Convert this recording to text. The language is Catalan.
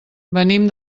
venim